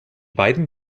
beiden